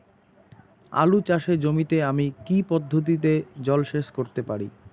আলু চাষে জমিতে আমি কী পদ্ধতিতে জলসেচ করতে পারি?